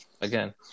Again